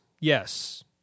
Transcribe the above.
yes